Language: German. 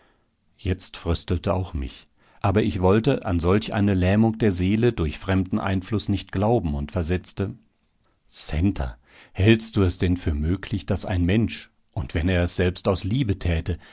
jetzt fröstelte auch mich aber ich wollte an solch eine lähmung der seele durch fremden einfluß nicht glauben und versetzte centa hältst du es denn für möglich daß ein mensch und wenn er es selbst aus liebe täte